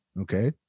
okay